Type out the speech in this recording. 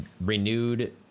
renewed